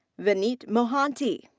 vineet mohanty.